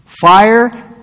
Fire